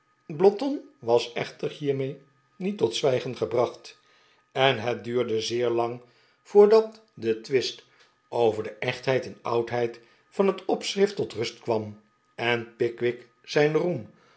blotton was echter hiermee niet tot zwijgen gebracht en het duurde zeer lang voordat de twist over de echtheid en oudheid van het opschrift tot rust kwam en pickwick zijn